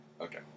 Okay